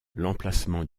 l’emplacement